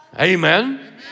Amen